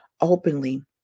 openly